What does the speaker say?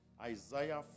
Isaiah